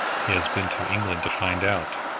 he has been to england to find out!